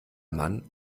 mann